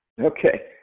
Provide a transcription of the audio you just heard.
Okay